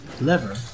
Lever